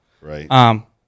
Right